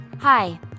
Hi